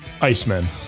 Iceman